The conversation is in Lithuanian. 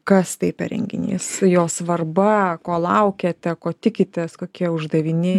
kas tai per renginys jo svarba ko laukiate ko tikitės kokie uždaviniai